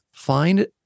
find